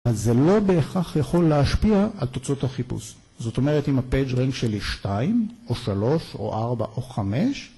אז זה לא בהכרח יכול להשפיע על תוצאות החיפוש, זאת אומרת אם הפייג' רנק שלי 2, או 3, או 4, או 5